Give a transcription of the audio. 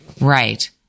right